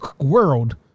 world